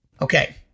Okay